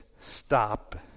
stop